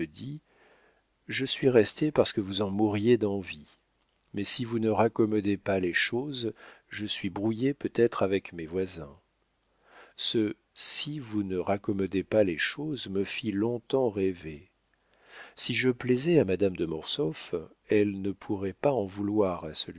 je suis resté parce que vous en mouriez d'envie mais si vous ne raccommodez pas les choses je suis brouillé peut-être avec mes voisins ce si vous ne raccommodez pas les choses me fit long-temps rêver si je plaisais à madame de mortsauf elle ne pourrait pas en vouloir